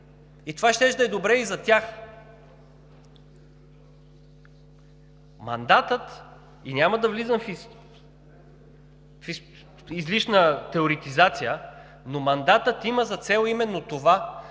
Това щеше да е добре и за тях. Няма да влизам в излишна теоретизация, но мандатът има за цел именно това: